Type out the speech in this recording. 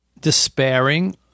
despairing